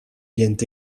viennent